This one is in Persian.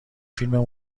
فیلم